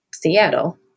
Seattle